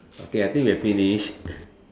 okay I think we have finished